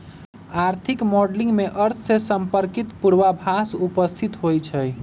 आर्थिक मॉडलिंग में अर्थ से संपर्कित पूर्वाभास उपस्थित होइ छइ